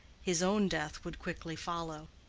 his own death would quickly follow.